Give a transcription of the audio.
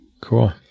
Cool